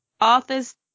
Arthur's